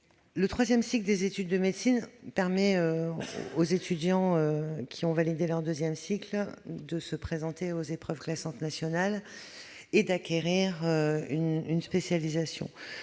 Le troisième cycle des études de médecine permet aux étudiants qui ont validé leur deuxième cycle de se présenter aux épreuves classantes nationales et d'acquérir une spécialisation.